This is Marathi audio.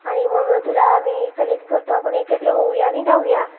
आणि मग तुला आम्ही कलेक्ट करतो आपण एकत्र होऊया आणि जाऊया